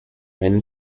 and